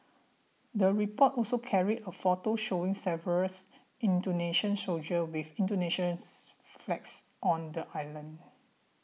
the report also carried a photo showing several Indonesian soldiers with Indonesians flags on the island